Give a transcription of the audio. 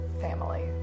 Family